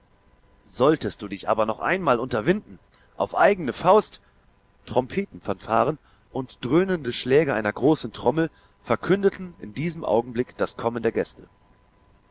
solltest du dich aber noch einmal unterwinden auf eigene faust trompetenfanfaren und dröhnende schläge einer großen trommel verkündeten in diesem augenblick das kommen der gäste